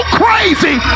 crazy